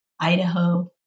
Idaho